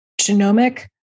genomic